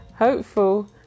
Hopeful